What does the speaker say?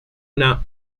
una